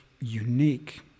unique